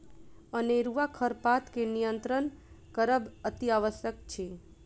अनेरूआ खरपात के नियंत्रण करब अतिआवश्यक अछि